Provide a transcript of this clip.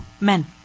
Men